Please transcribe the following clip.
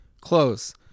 Close